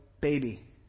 baby